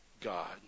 God